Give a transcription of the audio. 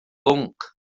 bwnc